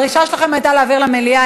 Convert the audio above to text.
הדרישה שלכם הייתה להעביר למליאה,